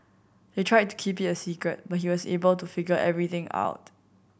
they tried to keep it a secret but he was able to figure everything out